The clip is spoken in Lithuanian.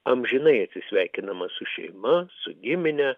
amžinai atsisveikinama su šeima su gimine